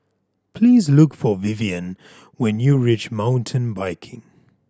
please look for Vivien when you reach Mountain Biking